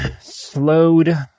slowed